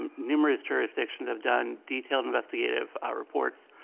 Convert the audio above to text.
and numerous jurisdictions have done detailed investigative reports.